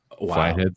Wow